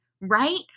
right